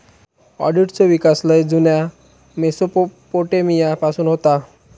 ऑडिटचो विकास लय जुन्या मेसोपोटेमिया पासून होता